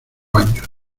años